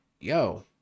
yo